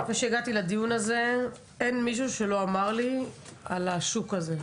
לפני שהגעתי לדיון הזה אין מישהו שלא אמר לי על השוק הזה.